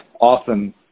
often